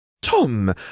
Tom